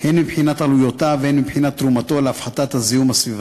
הן מבחינת עלויותיו והן מבחינת תרומתו להפחתת הזיהום הסביבתי.